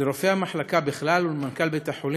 לרופאי המחלקה בכלל ולמנכ"ל בית-החולים,